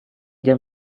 jam